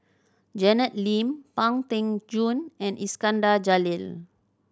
Janet Lim Pang Teck Joon and Iskandar Jalil